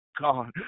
God